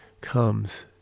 comes